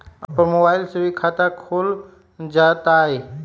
अपन मोबाइल से भी खाता खोल जताईं?